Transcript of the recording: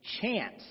chance